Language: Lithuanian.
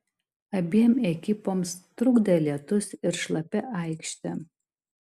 abiem ekipoms trukdė lietus ir šlapia aikštė